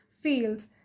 feels